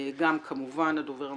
וגם כמובן את חיים כץ, הדובר המרכזי,